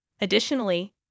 Additionally